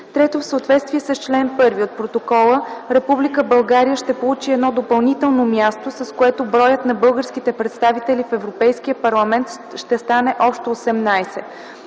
III. В съответствие с чл. 1 от Протокола Република България ще получи едно допълнително място, с което броят на българските представители в Европейския парламент ще стане общо 18.